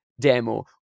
demo